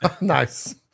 nice